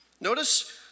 Notice